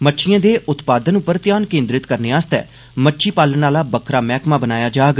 मच्छियें दे उत्पादन पर ध्यान केन्द्रित करने आस्ते मच्छी पालन आला बक्खरा मैहकमा बनाया जाग